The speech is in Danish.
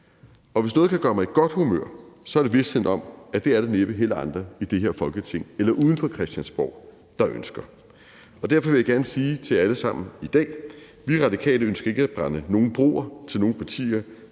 Og hvis noget kan gøre mig i godt humør, er det visheden om, at det er der næppe heller andre i det her Folketing eller uden for Christiansborg der ønsker. Derfor vil jeg gerne sige til jer alle sammen i dag: Vi Radikale ønsker ikke at brænde nogen broer til nogen partier.